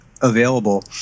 available